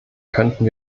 könnten